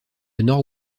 nord